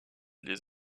les